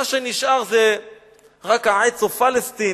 מה שנשאר זה רק ה"עץ או פלסטין",